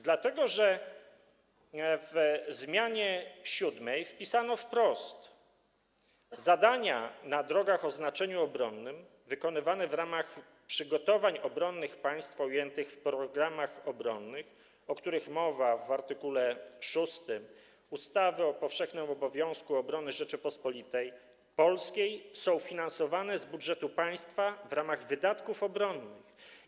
Dlatego, że w zmianie 7. napisano wprost: zadania na drogach o znaczeniu obronnym wykonywane w ramach przygotowań obronnych państwa ujętych w programach obronnych, o których mowa w art. 6 ustawy o powszechnym obowiązku obrony Rzeczypospolitej Polskiej, są finansowane z budżetu państwa w ramach wydatków obronnych.